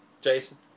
Jason